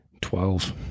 Twelve